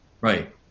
right